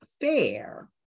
fair